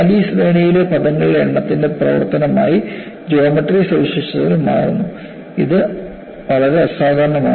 എന്നാൽ ഈ ശ്രേണിയിലെ പദങ്ങളുടെ എണ്ണത്തിന്റെ പ്രവർത്തനമായി ജോമട്രി സവിശേഷതകൾ മാറുന്നു വളരെ അസാധാരണമാണ്